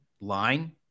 line